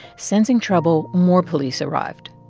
sensing trouble, more police arrived.